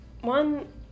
one